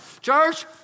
Church